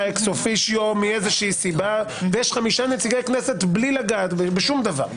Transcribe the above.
אקס-אופיציו מאיזושהי סיבה ויש חמישה נציגי כנסת בלי לגעת בשום דבר,